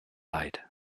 leid